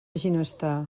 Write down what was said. ginestar